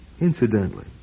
Incidentally